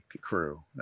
crew